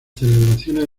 celebraciones